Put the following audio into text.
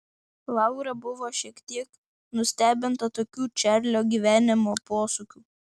laura buvo šiek tiek nustebinta tokių čarlio gyvenimo posūkių